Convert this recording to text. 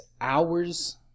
hours